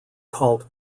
called